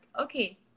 okay